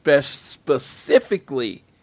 specifically